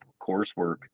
coursework